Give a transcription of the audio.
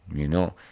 you know?